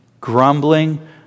grumbling